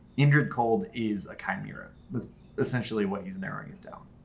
indrid cold is a chimera, that's essentially what he's narrowing it down.